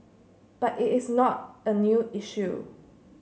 but it is not a new issue